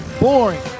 boring